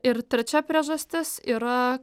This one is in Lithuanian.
ir trečia priežastis yra